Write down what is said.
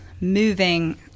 moving